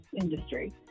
industry